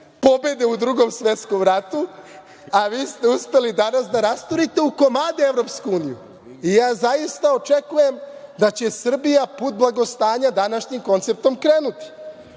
pobede u Drugom svetskom ratu, a vi ste uspeli danas da rasturite u komade EU i ja zaista očekujem da će Srbija put blagostanja današnjim konceptom krenuti. Ono